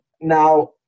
Now